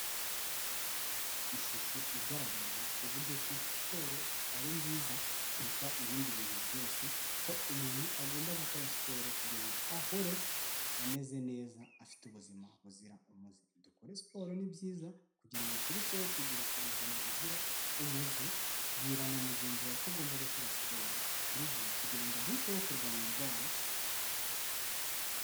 Ishusho igaragaza uburyo ki siporo ari nziza kurusha ibindi bintu byose ko umuntu agomba gukora siporo kugira ngo ahore ameze neza afite ubuzima buzira umuze. Dukore siporo ni byiza kugira ngo turusheho kugira ubuzima buzira umuze. Bwira na mugenzi wawe ko agomba gukora siporo buri gihe kugira ngo arusheho kurwanya indwara.